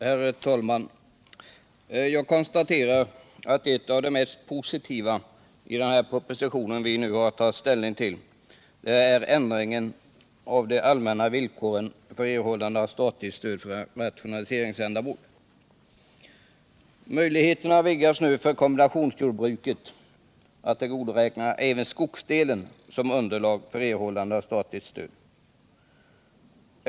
Herr talman! Jag konstaterar att bland det mest positiva i denna proposition vi nu har att ta ställning till är en ändring av de allmänna villkoren för erhållande av statligt stöd för rationaliseringsändamål. Möjligheterna vidgas nu för kombinationsjordbruken att tillgodoräkna även skogsdelen som underlag för erhållande av statligt stöd.